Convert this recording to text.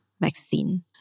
vaccine